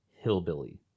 hillbilly